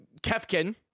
Kefkin